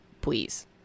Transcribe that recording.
please